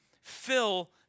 fill